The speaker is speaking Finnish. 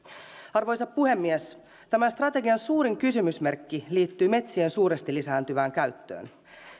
arvoisa puhemies tämän strategian suurin kysymysmerkki liittyy metsien suuresti lisääntyvään käyttöön